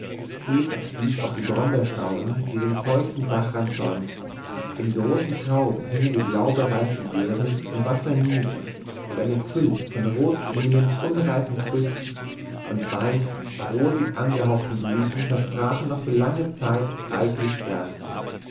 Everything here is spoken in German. eva wies auf die brombeerstauden die den feuchten bachrand säumten in großen trauben hingen die blau bereiften beeren zum wasser nieder und eine fülle von rotgrünen unreifen früchten und weißen rosig angehauchten blüten versprachen noch für lange zeit reiche ernte